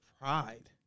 pride